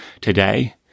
today